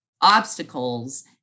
obstacles